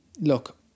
Look